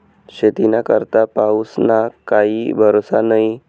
शेतीना करता पाऊसना काई भरोसा न्हई